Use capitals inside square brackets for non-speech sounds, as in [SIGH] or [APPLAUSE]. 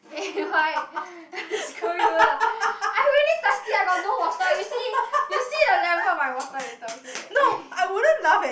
eh [LAUGHS] why screw you lah I'm really thirsty I got no water you see you see the level of my water later okay I